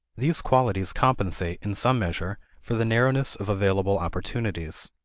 these qualities compensate, in some measure, for the narrowness of available opportunities.